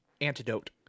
Antidote